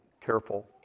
careful